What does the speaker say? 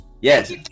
Yes